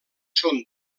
són